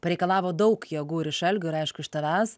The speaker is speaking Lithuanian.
pareikalavo daug jėgų ir iš algio ir aišku iš tavęs